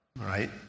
right